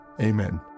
amen